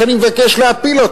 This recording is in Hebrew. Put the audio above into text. שאני מבקש להפיל,